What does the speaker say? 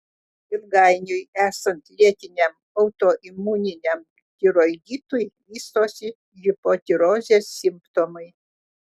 ilgainiui esant lėtiniam autoimuniniam tiroiditui vystosi hipotirozės simptomai